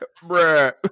Bruh